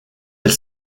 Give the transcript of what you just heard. elle